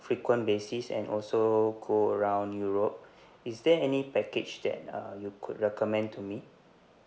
frequent basis and also go around europe is there any package that uh you could recommend to me